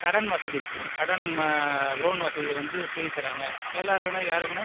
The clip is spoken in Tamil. கடன் வசதி கடன் லோன் வசதி வந்து செய்து தர்றாங்க எல்லோருக்கும்னா யாருக்குனா